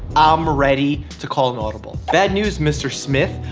i'm ready to call an audible. bad news mr smith,